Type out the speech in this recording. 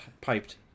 piped